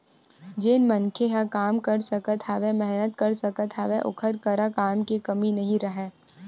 जेन मनखे ह काम कर सकत हवय, मेहनत कर सकत हवय ओखर करा काम के कमी नइ राहय